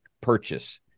purchase